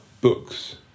books